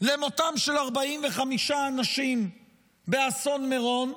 למותם של 45 אנשים באסון מירון?